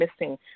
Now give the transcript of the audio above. missing